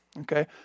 okay